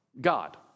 God